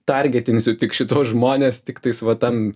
targetinsiu tik šituos žmones tiktais va ten